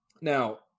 now